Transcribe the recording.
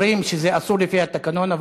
אומרים שזה אסור לפי התקנון,